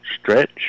stretch